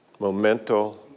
memento